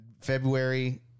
February